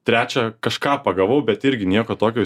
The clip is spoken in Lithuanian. trečią kažką pagavau bet irgi nieko tokio